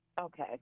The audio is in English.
Okay